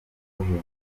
buhinde